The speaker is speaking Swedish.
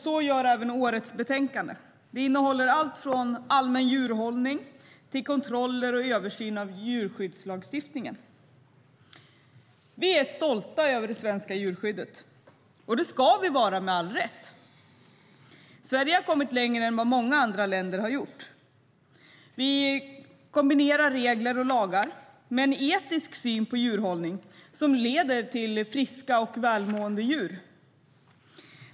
Så gör även årets betänkande som innehåller allt från allmän djurhållning till kontroller och översyn av djurskyddslagstiftningen. Vi är stolta över det svenska djurskyddet, och det ska vi med all rätt vara. Sverige har kommit längre än många andra länder. Vi kombinerar regler och lagar med en etisk syn på djurhållning som leder till friska och välmående djur.